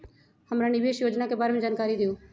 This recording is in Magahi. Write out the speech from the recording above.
हमरा निवेस योजना के बारे में जानकारी दीउ?